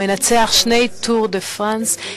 מנצח שני "טור דה פראנס",